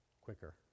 quicker